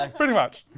um pretty much.